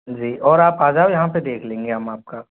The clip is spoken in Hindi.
जी और आप आ जाओ यहाँ पे देख लेंगे हम आपका